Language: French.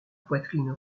poitrine